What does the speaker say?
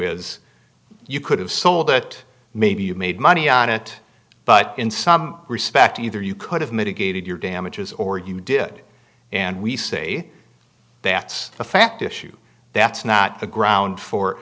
is you could have sold it maybe you made money on it but in some respect either you could have mitigated your damages or you did and we say that's a fact issue that's not the ground for